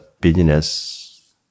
business